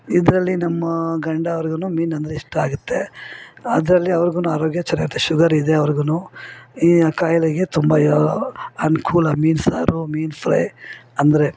ಇದರಲ್ಲಿ ನಮ್ಮ ಗಂಡ ಅವ್ರಿಗು ಮೀನಂದರೆ ಇಷ್ಟ ಆಗುತ್ತೆ ಅದರಲ್ಲಿ ಅವ್ರಿಗು ಆರೋಗ್ಯ ಚೆನಾಗಿರತ್ತೆ ಶುಗರ್ ಇದೆ ಅವ್ರಿಗು ಈ ಖಾಯ್ಲೆಗೆ ತುಂಬ ಅನುಕೂಲ ಮೀನು ಸಾರು ಮೀನು ಫ್ರೈ ಅಂದರೆ